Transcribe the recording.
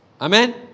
Amen